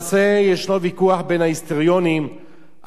ישנו ויכוח בין ההיסטוריונים על העובדות